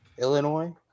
Illinois